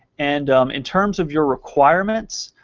and in terms of your requirements,